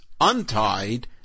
untied